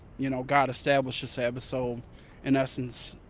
you know, god established the sabbath so in essence,